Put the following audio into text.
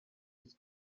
his